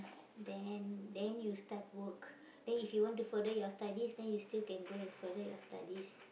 then then you start work then if you want to further your studies then you still can go and further your studies